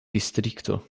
distrikto